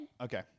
Okay